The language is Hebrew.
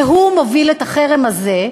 והוא מוביל את החרם הזה,